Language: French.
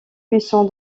puissant